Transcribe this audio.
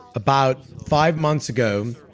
about five months ago,